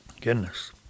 Goodness